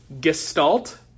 Gestalt